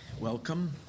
Welcome